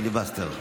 פיליבסטר.